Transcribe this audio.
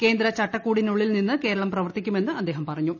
കേന്ദ്ര ചട്ടക്കൂടിനുള്ളിൽ നിന്ന് കേരളം പ്രവർത്തിക്കുമെന്ന് അദ്ദേഹം പറഞ്ഞു